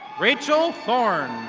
rachel thorn.